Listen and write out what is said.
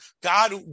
God